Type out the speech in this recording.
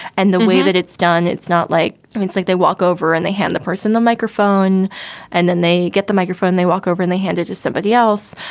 and the way that it's done, it's not like it's like they walk over and they hand the person the microphone and then they get the microphone. they walk over and they hand it to somebody else.